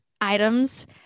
items